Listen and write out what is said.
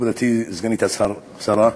מכובדתי השרה,